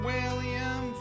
William